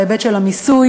בהיבט של המיסוי,